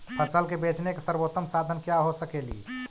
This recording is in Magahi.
फसल के बेचने के सरबोतम साधन क्या हो सकेली?